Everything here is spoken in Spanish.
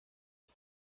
inc